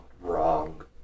wrong